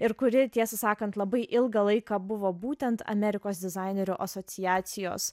ir kuri tiesą sakant labai ilgą laiką buvo būtent amerikos dizainerių asociacijos